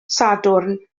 sadwrn